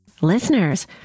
Listeners